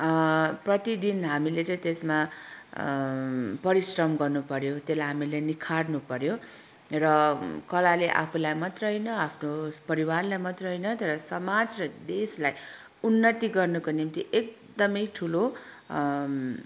प्रतिदिन हामीले चाहिँ त्यसमा परिश्रम गर्नुपर्यो त्यसलाई हामीले निखार्नुपर्यो र कलाले आफूलाई मात्रै होइन आफ्नो परिवारलाई मात्रै होइन तर समाज र देशलाई उन्नति गर्नुको निम्ति एकदमै ठुलो